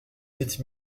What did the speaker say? sept